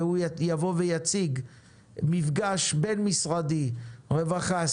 והוא יבוא ויציג מפגש בין-משרדי: רווחה,